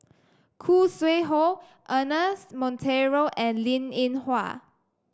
Khoo Sui Hoe Ernest Monteiro and Linn In Hua